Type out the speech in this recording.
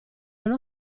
uno